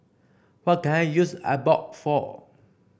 what can I use Abbott for